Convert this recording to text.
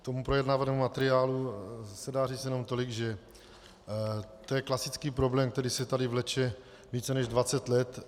K tomu projednávanému materiálu se dá říct jenom tolik, že to je klasický problém, který se tady vleče více než 20 let.